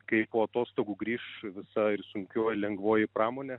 kai po atostogų grįš visa ir sunkioji lengvoji pramonė